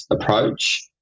approach